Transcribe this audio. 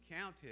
counted